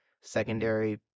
secondary